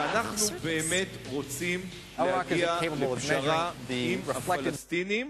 ואנחנו באמת רוצים להגיע לפשרה עם הפלסטינים,